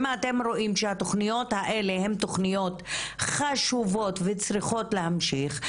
אם אתם רואים שהתוכניות האלה הן תוכניות חשובות וצריכות להמשיך,